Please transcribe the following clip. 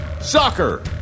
Soccer